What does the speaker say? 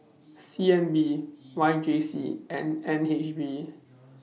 C N B Y J C and N H B